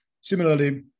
Similarly